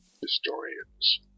historians